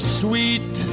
sweet